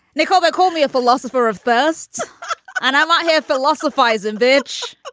nicole but called me a philosopher of bursts and i liked him philosophize and bitch.